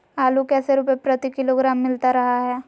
आलू कैसे रुपए प्रति किलोग्राम मिलता रहा है?